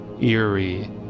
eerie